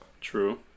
true